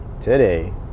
today